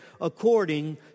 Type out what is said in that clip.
according